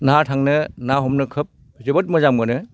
नाहा थांनो ना हमनो खोब जोबोद मोजां मोनो